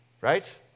right